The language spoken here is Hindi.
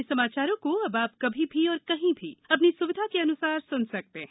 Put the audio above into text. हमारे समाचारों को अब आप कभी भी और कहीं भी अपनी सुविधा के अनुसार सुन सकते हैं